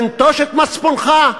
תנטוש את מצפונך.